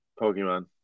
Pokemon